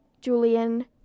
Julian